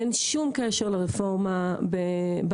אין שום קשר לרפורמה בהטלה.